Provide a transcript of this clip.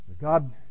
God